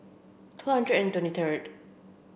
two hundred and twenty third